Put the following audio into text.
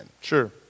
Sure